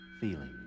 Feeling